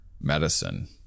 medicine